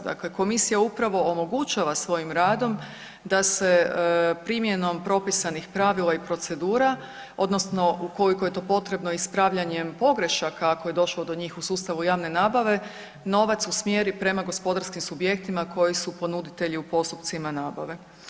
Dakle, komisija upravo omogućava svojim radom da se primjenom propisanih pravila i procedura, odnosno ukoliko je to potrebno ispravljanjem pogrešaka ako je došlo do njih u sustavu javne nabave novac usmjeri prema gospodarskim subjektima koji su ponuditelji u postupcima nabave.